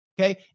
Okay